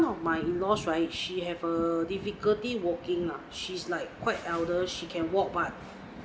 one of my in-laws right she have a difficulty walking lah she's like quite elder she can walk but